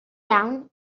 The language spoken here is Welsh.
iawn